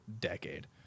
decade